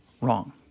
wrong